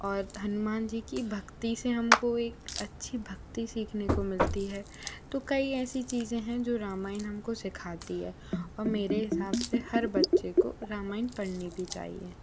और हनुमान जी की भक्ति से हमको एक अच्छी भक्ति सीखने को मिलती है तो कई ऐसी चीज़ें हैं जो रामायण हमको सिखाती है और मेरे हिसाब से हर बच्चे को रामायण पड़नी भी चाहिए